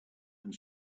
and